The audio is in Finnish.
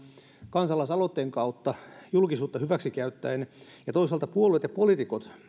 kansalaisaloitteen kautta julkisuutta hyväksi käyttäen ja toisaalta puolueet ja poliitikot